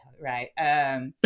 right